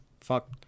Fuck